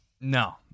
No